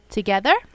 Together